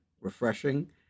refreshing